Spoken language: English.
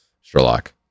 Sherlock